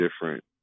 different